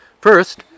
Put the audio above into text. First